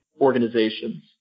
organizations